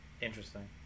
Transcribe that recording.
Interesting